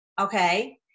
Okay